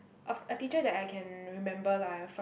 of a teacher that I can remember lah ya from